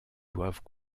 doivent